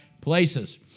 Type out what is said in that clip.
places